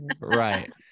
right